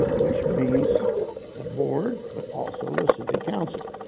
which means the board, but also the city council.